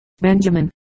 Benjamin